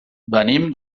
venim